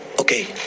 okay